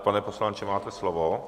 Pane poslanče, máte slovo.